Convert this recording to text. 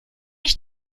ich